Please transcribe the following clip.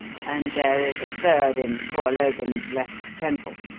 and there is a third in poor logan's left temple.